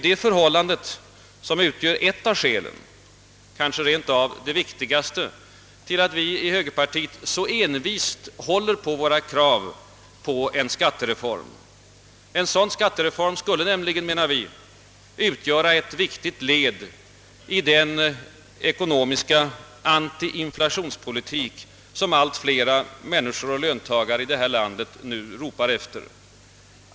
Det förhållandet utgör ett av skälen — kanske rentav det viktigaste — till att vi i högerpartiet så envist håller på kravet på en skattereform. En sådan skattereform skulle nämligen, menar vi, utgöra ett viktigt led i den ekonomiska antiinflationspolitik som allt fler löntagare i detta land nu ropar efter.